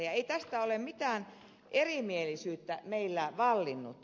ei tästä ole mitään erimielisyyttä meillä vallinnut